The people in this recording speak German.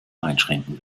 einschränken